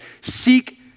Seek